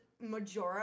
Majora